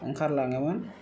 ओंखारलाङोमोन